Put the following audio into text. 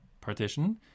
partition